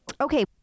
Okay